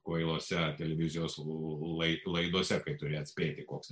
kvailose televizijos lai laidose kai turi atspėti koks ten